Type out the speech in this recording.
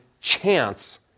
chance